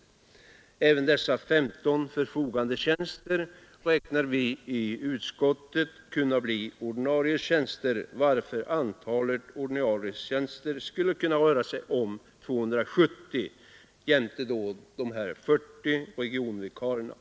I utskottet räknar vi med att även dessa 15 förfogandetjänster skall kunna bli ordinarie tjänster, varför antalet ordinarietjänster skall kunna röra sig om 270 jämte 40 regionvikarier.